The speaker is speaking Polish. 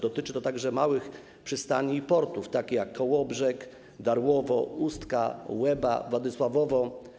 Dotyczy to także małych przystani i portów, takich jak Kołobrzeg, Darłowo, Ustka, Łeba, Władysławowo.